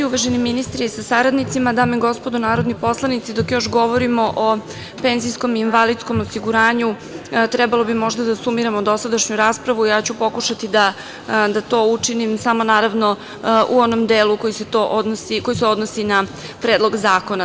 Uvaženi ministre sa saradnicima, dame i gospodo narodni poslanici, dok još govorimo o penzijskom i invalidskom osiguranju, trebalo bi možda da sumiramo dosadašnju raspravu i ja ću pokušati da to učinim u onom delu koji se odnosi na Predlog zakona.